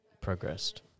progressed